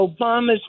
Obama's